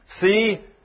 See